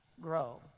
grow